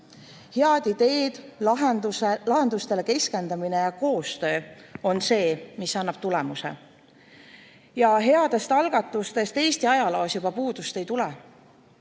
ideed, lahendustele keskendumine ja koostöö on see, mis annab tulemuse. Ja headest algatustest Eesti ajaloos juba puudust ei tule,